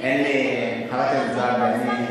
אין לי, חברת הכנסת זועבי,